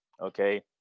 okay